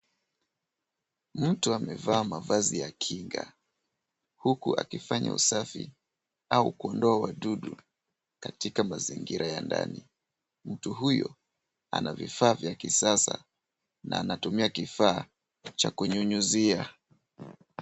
Mtu amevaa mavazi ya kinga huku akifanya usafi au kuondoa wadudu katika mazingira ya ndani. Mtu huyu ana vifaa vya kisasa na anatumia kifaa cha kunyunyuzia.